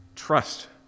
trust